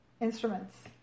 instruments